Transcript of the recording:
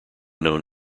known